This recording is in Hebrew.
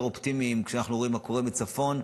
אופטימיים כשאנחנו רואים מה קורה בצפון,